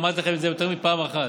אמרתי לכם את זה יותר מפעם אחת.